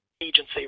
agency